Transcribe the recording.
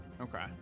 Okay